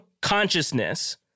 consciousness